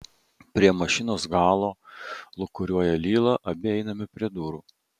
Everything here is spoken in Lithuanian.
prie mašinos galo lūkuriuoja lila abi einame prie durų